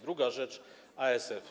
Druga rzecz - ASF.